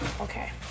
Okay